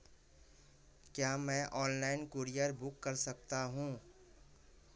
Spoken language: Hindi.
क्या मैं ऑनलाइन कूरियर बुक कर सकता हूँ?